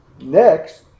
next